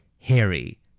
Harry